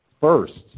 first